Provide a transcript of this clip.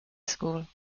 school